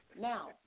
Now